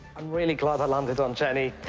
i'm really glad i landed on jennie.